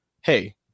hey